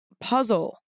puzzle